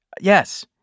yes